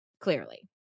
Clearly